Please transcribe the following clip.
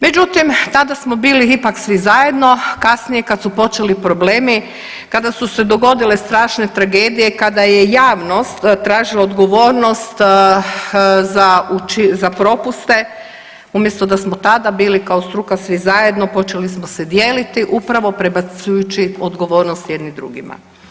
Međutim, tada smo bili ipak svi zajedno kasnije kad su počeli problemi, kada su se dogodile strašne tragedije, kada je javnost tražila odgovornost za propuste, umjesto da smo tada bili kao struka svi zajedno počeli smo se dijeliti upravo prebacujući odgovornost jedni drugima.